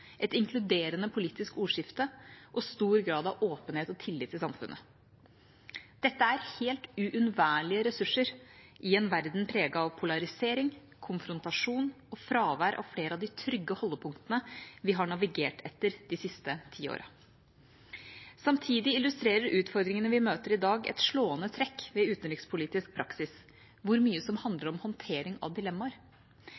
et inkluderende politisk ordskifte og stor grad av åpenhet og tillit i samfunnet. Dette er helt uunnværlige ressurser i en verden preget av polarisering, konfrontasjon og fravær av flere av de trygge holdepunktene vi har navigert etter de siste tiårene. Samtidig illustrerer utfordringene vi møter i dag, et slående trekk ved utenrikspolitisk praksis: hvor mye som